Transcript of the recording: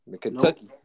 Kentucky